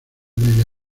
media